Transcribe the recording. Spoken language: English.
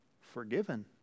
Forgiven